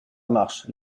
marche